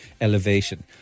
elevation